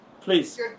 Please